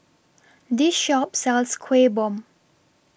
This Shop sells Kueh Bom